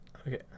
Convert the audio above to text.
Okay